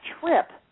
trip